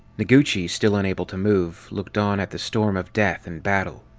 noguchi, still unable to move, looked on at the storm of death and battle.